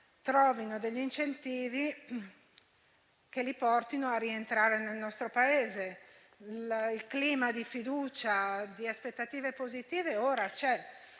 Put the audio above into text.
trovino incentivi che li portino a rientrare nel nostro Paese. Il clima di fiducia e di aspettative positive ora c'è: